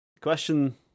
Question